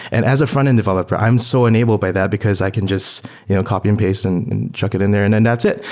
and as a frontend developer, i'm so enabled by that because i can just you know copy and paste and check it in there and then that's it.